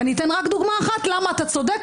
ואני אתן רק דוגמה אחת למה אתה צודק,